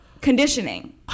conditioning